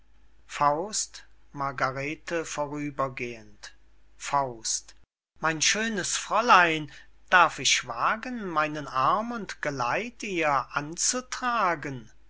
faust margarete vorüber gehend mein schönes fräulein darf ich wagen meinen arm und geleit ihr anzutragen